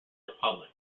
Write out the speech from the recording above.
republic